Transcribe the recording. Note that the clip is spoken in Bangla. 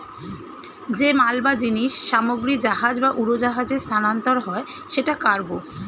যে মাল বা জিনিস সামগ্রী জাহাজ বা উড়োজাহাজে স্থানান্তর হয় সেটা কার্গো